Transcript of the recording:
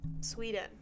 Sweden